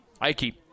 Ike